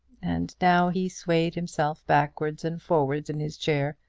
and now he swayed himself backwards and forwards in his chair,